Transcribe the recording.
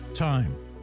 time